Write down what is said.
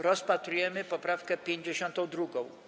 Rozpatrujemy poprawkę 52.